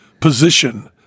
position –